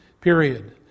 period